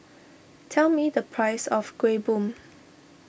tell me the price of Kueh Bom